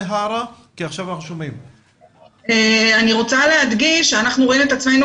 אני רוצה להדגיש שאנחנו רואים את עצמנו